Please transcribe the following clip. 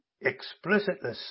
explicitly